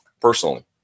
personally